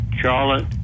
Charlotte